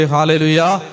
Hallelujah